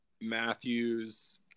Matthews